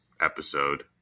episode